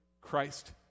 Christ